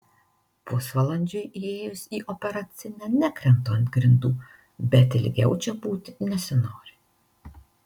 pusvalandžiui įėjus į operacinę nekrentu ant grindų bet ilgiau čia būti nesinori